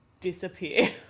disappear